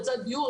היצע דיור,